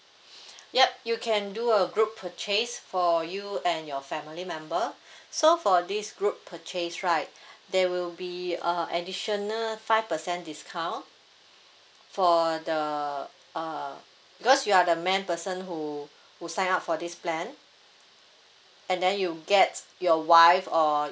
yup you can do a group purchase for you and your family member so for this group purchase right there will be a additional five percent discount for the uh because you are the main person who who sign up for this plan and then you get your wife or